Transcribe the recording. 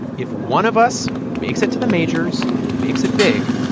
if one of us makes it to the majors and makes it big,